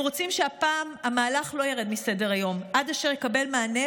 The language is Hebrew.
אנו רוצים שהפעם המהלך לא ירד מסדר-היום עד אשר יקבל מענה,